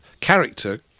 character